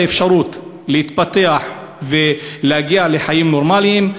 האפשרות להתפתח ולהגיע לחיים נורמליים,